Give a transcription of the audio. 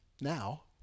Now